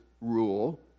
rule